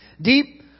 Deep